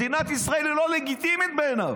מדינת ישראל לא לגיטימית בעיניו.